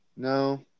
No